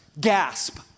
Gasp